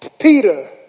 Peter